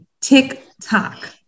TikTok